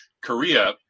Korea